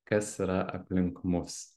kas yra aplink mus